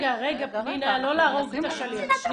רגע, פנינה, לא להרוג את השליח.